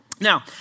Now